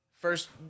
first